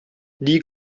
die